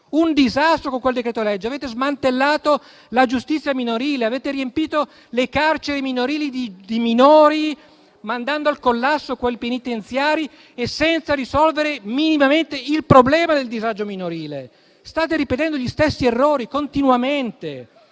un disastro con quel decreto-legge: avete smantellato la giustizia minorile e avete riempito le carceri minorili di minori, mandando al collasso quei penitenziari senza risolvere minimamente il problema del disagio minorile. State ripetendo gli stessi errori continuamente,